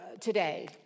today